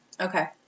Okay